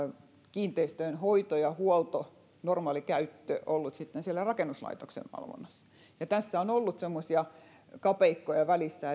kiinteistöjen hoito huolto ja normaali käyttö ollut siellä rakennuslaitoksen valvonnassa tässä on ollut semmoisia kapeikkoja välissä